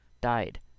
died